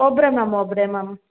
ಒಬ್ಬರೇ ಮ್ಯಾಮ್ ಒಬ್ಬರೇ ಮ್ಯಾಮ್